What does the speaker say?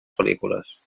pel·lícules